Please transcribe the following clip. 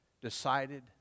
decided